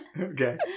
Okay